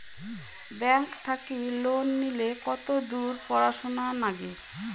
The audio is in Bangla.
ব্যাংক থাকি লোন নিলে কতদূর পড়াশুনা নাগে?